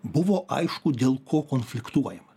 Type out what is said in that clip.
buvo aišku dėl ko konfliktuojama